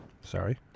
sorry